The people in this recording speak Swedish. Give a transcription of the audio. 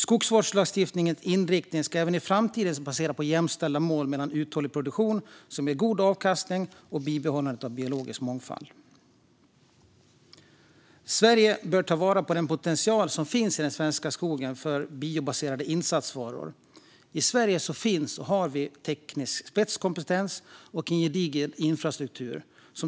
Skogsvårdslagstiftningens inriktning ska även i framtiden baseras på jämställda mål mellan uthållig produktion som ger god avkastning och bibehållandet av biologisk mångfald. Sverige bör ta vara på den potential som finns i den svenska skogen för biobaserade insatsvaror. I Sverige finns teknisk spetskompetens och en gedigen infrastruktur.